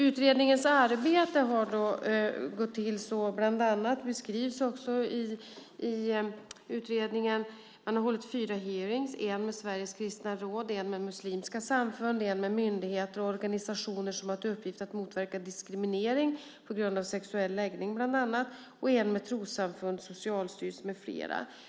Utredningens arbete har gått till så som beskrivs i utredningen. Man har hållit fyra hearingar, en med Sveriges kristna råd, en med muslimska samfund, en med myndigheter och organisationer som haft till uppgift att motverka diskriminering på grund av sexuell läggning bland annat, en med trossamfund, Socialstyrelsen med flera.